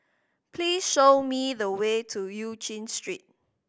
please show me the way to Eu Chin Street